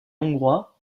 hongrois